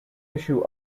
issue